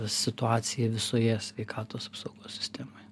situacija visoje sveikatos apsaugos sistemoje